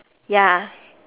ya